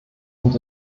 und